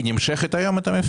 המבצע נמשך היום?